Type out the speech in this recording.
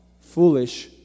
foolish